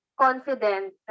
confident